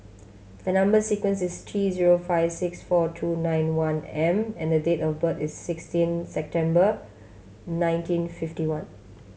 the number sequence is T zero five six four two nine one M and the date of birth is sixteen September nineteen fifty one